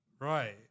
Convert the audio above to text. Right